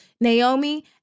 Naomi